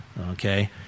okay